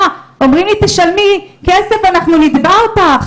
ואומרים לה שהיא תשלם כסף כי יתבעו אותה,